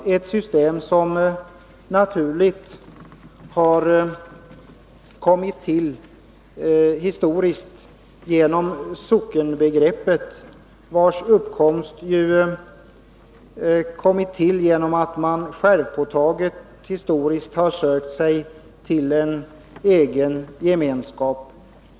Det systemet har naturligt tillkommit genom sockenbildningen. De gamla socknarna uppkom ju genom att man självpåtaget sökte sig till en egen gemenskap.